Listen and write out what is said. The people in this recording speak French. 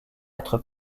être